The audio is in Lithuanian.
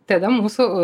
tada mūsų